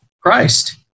Christ